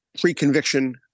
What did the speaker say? pre-conviction